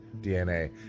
DNA